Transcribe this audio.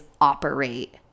operate